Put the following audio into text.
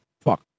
Fuck